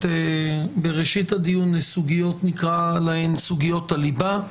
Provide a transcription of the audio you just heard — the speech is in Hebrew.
בראשית הדיון לסוגיות שנקרא להן "סוגיות הליבה".